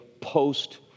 post